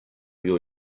your